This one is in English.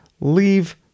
leave